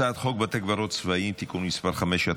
הצעת חוק בתי קברות צבאיים (תיקון מס' 5),